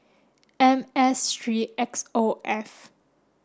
M S three X O F